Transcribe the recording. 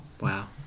wow